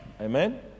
Amen